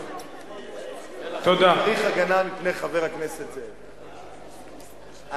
תגן עלי מפני חבר הכנסת זאב,